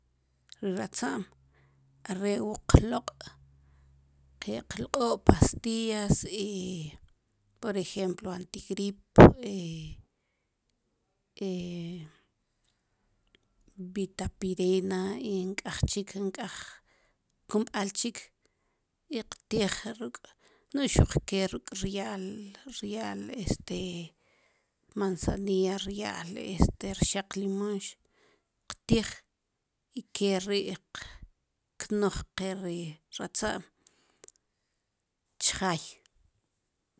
Ri ratza'm are' wu qlo'q ke kqlq'o pastillas i por ejemplo antigrip vitapirena i nk'ej chik nk'ej kumb'al chik i qtij ruk' nu xuq ke ruk' rya'l rya'l este manzanilla, rya'l este rxaq limunx qtij i ke ri' qknuj ke ri ratza'm chjaay